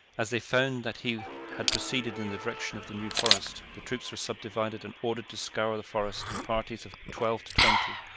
as they found that he had proceeded in the direction of the new forest, the troops were subdivided and ordered to scour the forest, in parties of twelve to twenty,